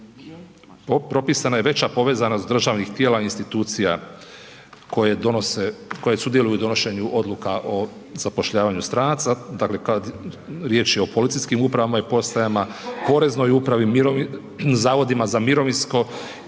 propisana je veća povezanost državnih tijela i institucija koja donose, koje sudjeluju u donošenju odluka o zapošljavanju stranaca. Dakle kad, riječ je o policijskim uprava i postajama, poreznoj upravi, zavodima za mirovinsko